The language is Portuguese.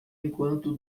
enquanto